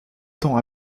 temps